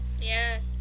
yes